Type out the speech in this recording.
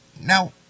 now